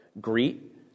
greet